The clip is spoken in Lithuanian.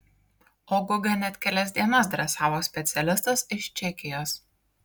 o gugą net kelias dienas dresavo specialistas iš čekijos